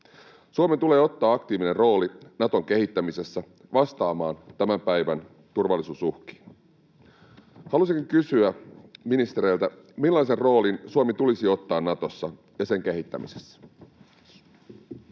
Suomen tulee ottaa aktiivinen rooli Naton kehittämisessä vastaamaan tämän päivän turvallisuusuhkiin. Haluaisinkin kysyä ministereiltä, millainen rooli Suomen tulisi ottaa Natossa ja sen kehittämisessä.